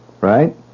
Right